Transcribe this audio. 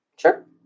Sure